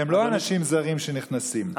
הם לא אנשים זרים שנכנסים.